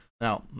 Now